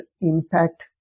impact